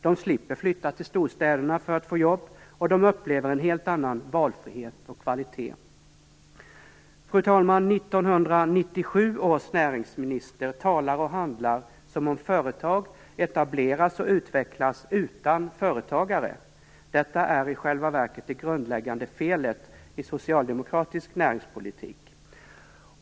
De slipper flytta till storstäderna för att få jobb, och de upplever en helt annan valfrihet och kvalitet. Fru talman! 1997 års näringsminister talar och handlar som om företag etableras och utvecklas utan företagare. Detta är i själva verket det grundläggande felet i socialdemokratisk näringspolitik.